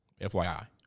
FYI